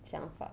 想法